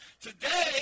Today